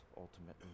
ultimately